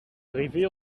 rivier